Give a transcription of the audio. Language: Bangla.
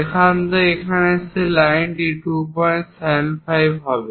এখান থেকে এখানে সেই লাইনটি 275 হবে